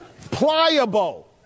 Pliable